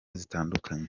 zitandukanye